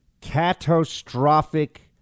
Catastrophic